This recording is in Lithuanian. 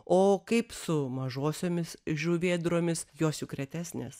o kaip su mažosiomis žuvėdromis jos juk retesnės